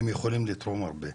הם יכולים לתרום הרבה.